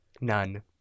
None